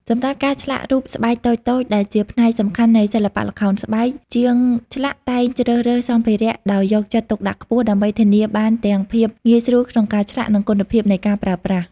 សម្រាប់ការឆ្លាក់រូបស្បែកតូចៗ ដែលជាផ្នែកសំខាន់នៃសិល្បៈល្ខោនស្បែក ជាងឆ្លាក់តែងជ្រើសរើសសម្ភារៈដោយយកចិត្តទុកដាក់ខ្ពស់ ដើម្បីធានាបានទាំងភាពងាយស្រួលក្នុងការឆ្លាក់ និងគុណភាពនៃការប្រើប្រាស់។